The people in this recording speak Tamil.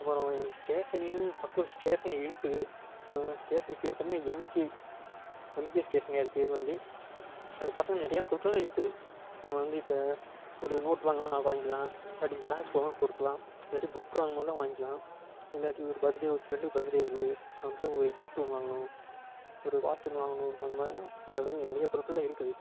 அப்புறம் எங்கள் ஸ்டேஷனு பக்கம் ஸ்டேஷனை இழுக்குது ஸ்டேஷனு பேர் பார்த்தீங்கன்னா எம்கே எம்கே ஸ்டேஷனே அது பேர் வந்து அங்கே பார்த்தீங்கன்னா நிறையா பொருட்களெலாம் இருக்குது நம்ம வந்து இப்போ ஒரு நோட்டு வாங்கணுன்னால் வாங்கிக்கலாம் நீங்கள் ஜெராக்ஸ் போடணுன்னா போட்டுக்கலாம் இல்லாட்டி புக்கு வாங்கணும்னா வாங்கிக்கலாம் இல்லாட்டி ஒரு பேர்த் டே ஒரு ஃப்ரெண்டுக்கு பேர்த் டே வருது அவனுக்காக ஒரு கிஃப்ட்டு ஒன்று வாங்கணும் ஒரு வாட்சு ஒன்று வாங்கணும் அந்த மாதிரினா அங்கே வந்து நிறையா பொருட்களெலாம் இருக்குது